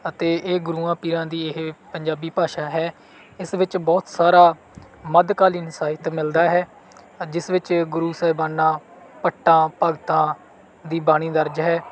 ਅਤੇ ਇਹ ਗੁਰੂਆਂ ਪੀਰਾਂ ਦੀ ਇਹ ਪੰਜਾਬੀ ਭਾਸ਼ਾ ਹੈ ਇਸ ਵਿੱਚ ਬਹੁਤ ਸਾਰਾ ਮੱਧਕਾਲੀਨ ਸਾਹਿਤ ਮਿਲਦਾ ਹੈ ਜਿਸ ਵਿੱਚ ਗੁਰੂ ਸਾਹਿਬਾਨਾਂ ਭੱਟਾਂ ਭਗਤਾਂ ਦੀ ਬਾਣੀ ਦਰਜ ਹੈ